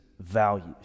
values